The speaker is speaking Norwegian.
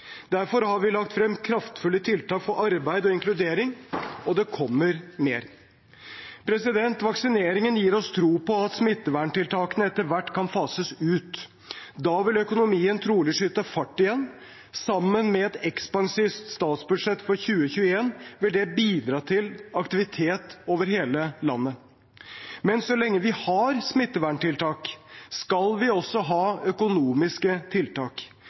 Derfor har vi lagt frem kraftfulle tiltak for arbeid og inkludering, og det kommer mer. Vaksineringen gir oss tro på at smitteverntiltakene etter hvert kan fases ut. Da vil økonomien trolig skyte fart igjen. Sammen med et ekspansivt statsbudsjett for 2021 vil det bidra til aktivitet over hele landet. Men så lenge vi har smitteverntiltak, skal vi også ha økonomiske tiltak.